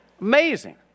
amazing